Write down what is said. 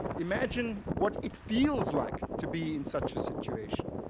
imagine what it feels like to be in such a situation.